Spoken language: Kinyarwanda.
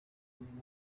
neza